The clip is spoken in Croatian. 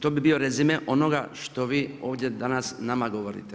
To bi bio rezime onoga što vi ovdje danas nama govorite.